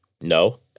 No